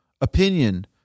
opinion